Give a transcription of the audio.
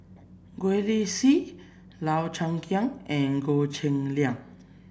Gwee Li Sui Lau Chiap Khai and Goh Cheng Liang